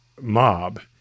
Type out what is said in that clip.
mob